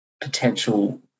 potential